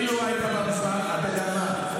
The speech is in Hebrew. אתה יודע מה?